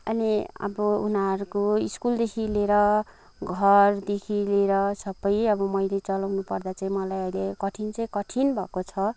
अनि अब उनीहरूको स्कुलदेखि लिएर घरदेखि लिएर सबै अब मैले चलाउनु पर्दा चाहिँ मलाई अहिले कठिन चाहिँ कठिन भएको छ